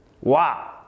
Wow